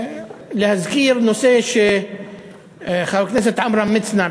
להזכיר נושא שחבר הכנסת עמרם מצנע,